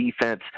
defense